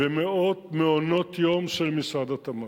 ומאות מעונות-יום של משרד התמ"ת.